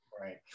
Right